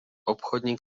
obchodník